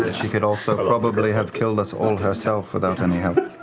she could also probably have killed us all herself without any help.